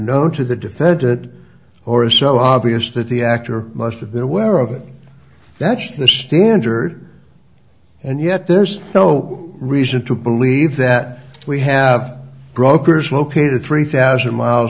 known to the defended or so obvious that the actor must have been aware of it that's the standard and yet there's no reason to believe that we have brokers located three thousand miles